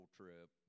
trip